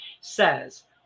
says